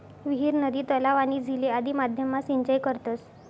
विहीर, नदी, तलाव, आणि झीले आदि माध्यम मा सिंचाई करतस